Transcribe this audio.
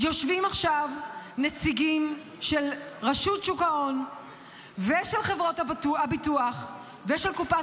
יושבים עכשיו נציגים של רשות שוק ההון ושל חברות הביטוח ושל קופת